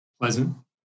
pleasant